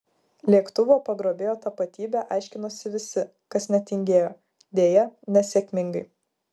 lėktuvo pagrobėjo tapatybę aiškinosi visi kas netingėjo deja nesėkmingai